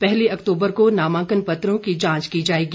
पहली अक्तूबर को नामांकन पत्रों की जांच की जाएगी